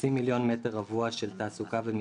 חצי מיליון מטר רבוע של תעסוקה ומסחר,